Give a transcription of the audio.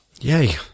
Yay